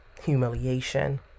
humiliation